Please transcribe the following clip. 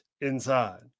inside